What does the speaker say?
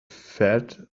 fed